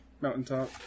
Mountaintop